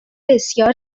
بسیار